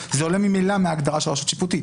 עולה מההגדרה של רשות שיפוטית.